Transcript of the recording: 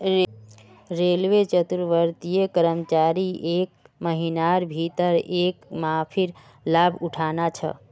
railway चतुर्थवर्गीय कर्मचारीक एक महिनार भीतर कर माफीर लाभ उठाना छ